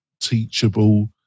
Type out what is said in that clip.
Teachable